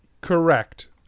Correct